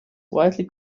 widely